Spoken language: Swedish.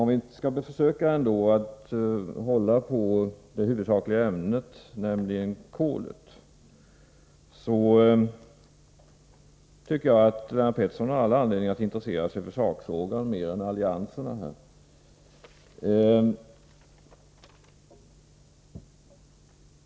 Om vi ändå skall försöka hålla oss till det huvudsakliga ämnet, nämligen kolet, tycker jag att Lennart Pettersson har all anledning att intressera sig för sakfrågan mer än för frågan om allianserna.